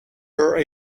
her